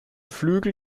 flügel